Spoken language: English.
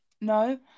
No